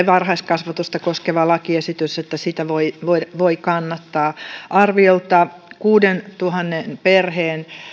varhaiskasvatusta koskeva lakiesitys että sitä voi voi kannattaa arviolta kuuteentuhanteen perheen